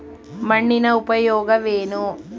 ಮಣ್ಣಿನ ಉಪಯೋಗವೇನು?